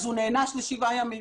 הוא נענש לשבעה ימים.